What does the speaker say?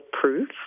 proof